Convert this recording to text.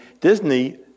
Disney